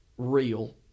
real